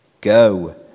Go